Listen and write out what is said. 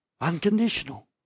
Unconditional